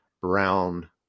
brown